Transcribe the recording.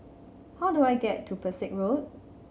how do I get to Pesek Road